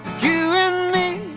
you and me,